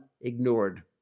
ignored